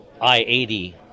I-80